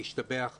להשתבח בהם,